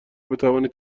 بتوانید